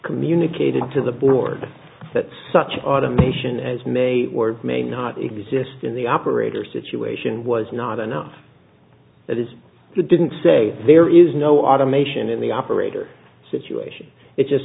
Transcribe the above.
communicated to the board that such automation as may or may not exist in the operator situation was not enough that is the didn't say there is no automation in the operator situation it just